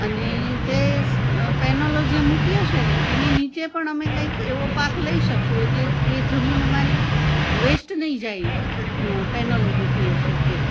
અને તે પેનલો જે મુકી હશે ને એની નીચે પણ અમે કંઈક એવો પાક લઈ શકીશું એટલે એ જમીન અમારી વેસ્ટ નહીં જાય પેનલો મૂકી હશે તે